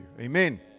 Amen